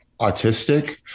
autistic